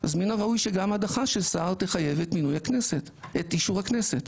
אז מן הראוי שגם הדחה של שר תחייב את מינוי הכנסת את אישור הכנסת,